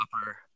upper